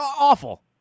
awful